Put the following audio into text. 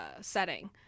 setting